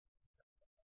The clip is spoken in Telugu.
విద్యార్థి గ్రేడియంట్